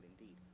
indeed